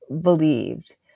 believed